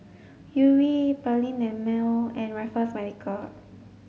Yuri Perllini and Mel and Raffles Medical